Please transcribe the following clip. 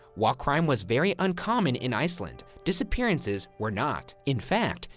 while crime was very uncommon in iceland, disappearances were not. in fact,